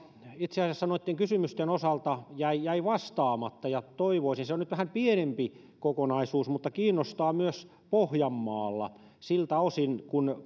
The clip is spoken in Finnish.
itse asiassa noitten kysymysten osalta jäi jäi vastaamatta ja toivoisin se on nyt vähän pienempi kokonaisuus mutta kiinnostaa myös pohjanmaalla siltä osin kuin